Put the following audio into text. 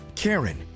Karen